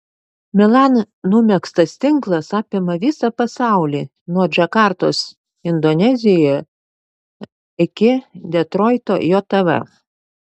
milan numegztas tinklas apima visą pasaulį nuo džakartos indonezijoje iki detroito jav